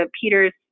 Peters